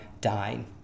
dying